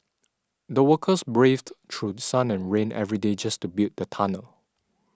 the workers braved through sun and rain every day just to build the tunnel